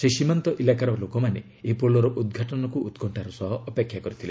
ସେହି ସୀମାନ୍ତ ଇଲାକାର ଲୋକମାନେ ଏହି ପୋଲର ଉଦ୍ଘାଟନକ୍ ଉତ୍କଶ୍ଚାର ସହ ଅପେକ୍ଷା କରିଥିଲେ